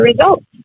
results